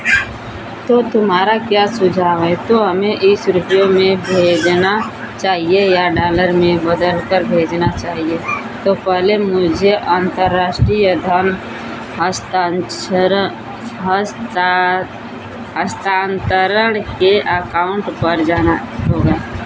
तो तुम्हारा क्या सुझाव है तो हमें इसे रुपैयों में भेजना चाहिए या डॉलर में बदल कर भेजना चाहिए तो पहले मुझे अंतर्राष्ट्रीय धन हस्तांछरण हस्ता हस्तांतरण के एकाउंट पर जाना होगा